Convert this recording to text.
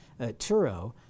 Turo